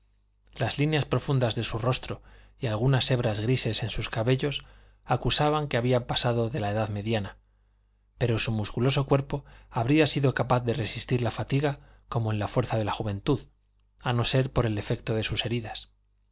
las líneas profundas de su rostro y algunas hebras grises en sus cabellos acusaban que había pasado de la edad mediana pero su musculoso cuerpo habría sido capaz de resistir la fatiga como en la fuerza de la juventud a no ser por el efecto de sus heridas